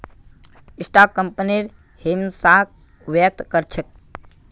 stock कंपनीर हिस्साक व्यक्त कर छेक